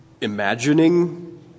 imagining